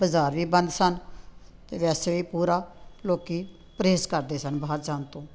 ਬਜ਼ਾਰ ਵੀ ਬੰਦ ਸਨ ਅਤੇ ਵੈਸੇ ਵੀ ਪੂਰਾ ਲੋਕ ਪਰਹੇਜ਼ ਕਰਦੇ ਸਨ ਬਾਹਰ ਜਾਣ ਤੋਂ